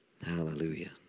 Hallelujah